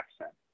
accent